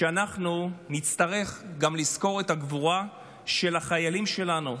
שאנחנו נצטרך לזכור גם את הגבורה של החיילים שלנו,